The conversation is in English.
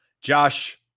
Josh